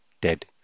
dead